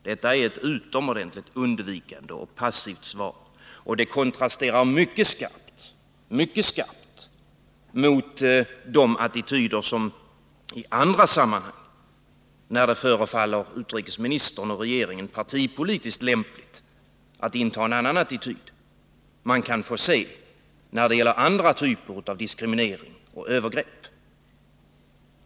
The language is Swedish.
Det är ett utomordentligt undvikande och passivt svar, och det kontrasterar mycket skarpt mot de attityder som man kan få se i andra sammanhang när det förefaller utrikesministern och regeringen partipolitiskt lämpligt att inta när det gäller andra typer av diskriminering och övergrepp.